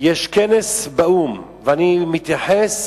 יש כנס באו"ם, ואני מתייחס